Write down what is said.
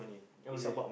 okay